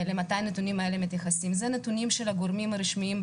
למתי מתייחסים הנתונים האלה.